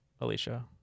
Alicia